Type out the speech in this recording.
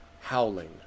howling